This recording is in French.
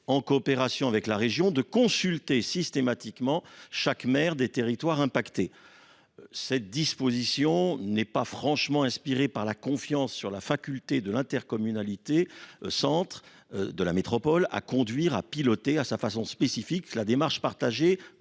en coopération avec la région, de consulter systématiquement chaque maire des territoires impactés. Cette disposition pas franchement inspirée par la confiance sur la faculté de l'intercommunalité centre de la métropole à conduire à piloter à sa façon spécifique la démarche partagée